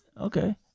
Okay